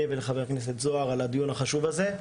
ולחבר הכנסת זוהר על הדיון החשוב הזה.